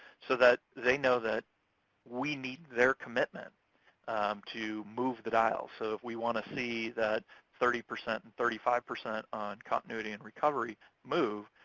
so that they know that we need their commitment to move the dial. so if we wanna see that thirty, and thirty five percent on continuity and recovery move,